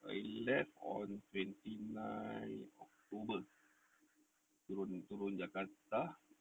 I left on twenty nine october turun turun jakarta